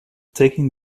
taking